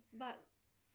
but